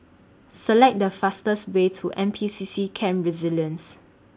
Select The fastest Way to N P C C Camp Resilience